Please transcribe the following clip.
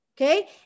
Okay